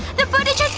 the footage